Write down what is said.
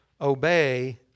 Obey